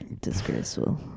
Disgraceful